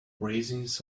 raisins